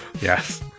Yes